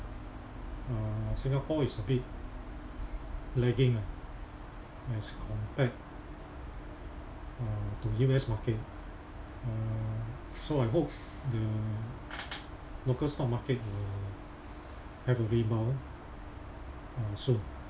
uh singapore is a bit lagging ah as compared uh to U_S market uh so I hope the local stock market will have a rebound uh soon